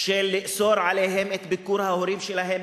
של לאסור עליהם את ביקור ההורים שלהם,